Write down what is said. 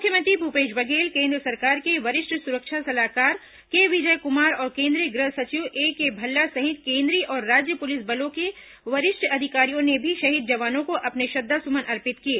मुख्यमंत्री भूपेश बघेल केन्द्र सरकार के वरिष्ठ सुरक्षा सलाहकार के विजय कुमार और केंद्रीय गृह सचिव ए के भल्ला सहित केंद्रीय और राज्य पुलिस बलों के वरिष्ठ अधिकारियों ने भी शहीद जवानों को अपने श्रद्वासुमन अर्पित किए